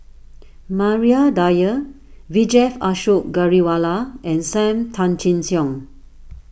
Maria Dyer Vijesh Ashok Ghariwala and Sam Tan Chin Siong